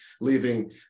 leaving